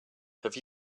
have